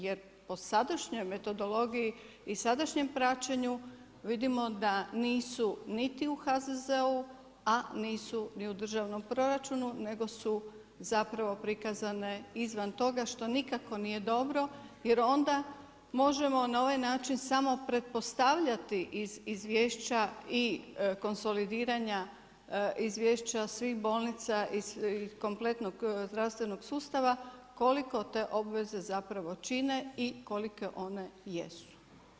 Jer po sadašnjoj metodologiji i sadašnjem praćenju vidimo da nisu niti u HZZO-u, a nisu ni u državnom proračunu nego su zapravo prikazane izvan toga što nikako nije dobro jer onda možemo na ovaj način samo pretpostavljati iz izvješća i konsolidiranja izvješća svih bolnica i kompletnog zdravstvenog sustava koliko te obveze zapravo čine i kolike one jesu.